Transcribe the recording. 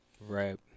Right